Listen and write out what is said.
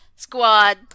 Squad